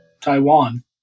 taiwan